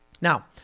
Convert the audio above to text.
Now